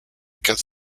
quatre